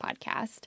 podcast